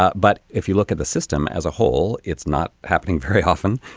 ah but if you look at the system as a whole it's not happening very often.